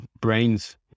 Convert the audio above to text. brains